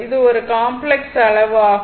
இது ஒரு காம்ப்ளக்ஸ் அளவு ஆகும்